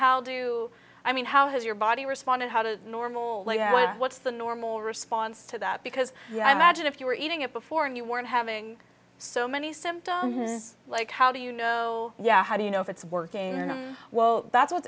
how do i mean how has your body responded how to normal what's the normal response to that because i imagine if you were eating it before and you weren't having so many symptoms like how do you know yeah how do you know if it's working well that's what's